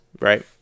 Right